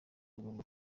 bagomba